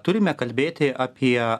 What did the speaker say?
turime kalbėti apie